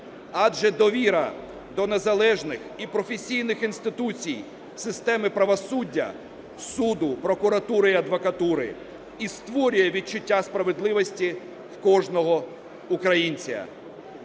Адже довіра до незалежних і професійних інституцій системи правосуддя суду, прокуратури й адвокатури і створює відчуття справедливості в кожного українця.